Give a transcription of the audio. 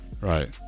Right